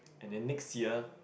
and then next year